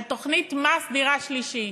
על תוכנית מס דירה שלישית.